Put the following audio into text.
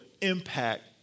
impact